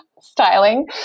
styling